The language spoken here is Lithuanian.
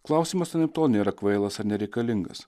klausimas anaiptol nėra kvailas ar nereikalingas